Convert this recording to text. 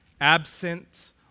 absent